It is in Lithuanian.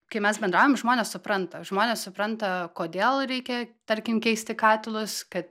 kai mes bendraujam žmonės supranta žmonės supranta kodėl reikia tarkim keisti katilus kad